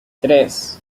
tres